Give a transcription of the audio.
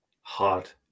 hot